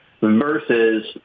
versus